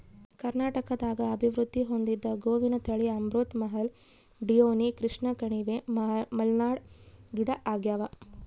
ಕರ್ನಾಟಕದಾಗ ಅಭಿವೃದ್ಧಿ ಹೊಂದಿದ ಗೋವಿನ ತಳಿ ಅಮೃತ್ ಮಹಲ್ ಡಿಯೋನಿ ಕೃಷ್ಣಕಣಿವೆ ಮಲ್ನಾಡ್ ಗಿಡ್ಡಆಗ್ಯಾವ